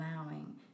allowing